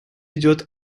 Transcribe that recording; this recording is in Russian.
идет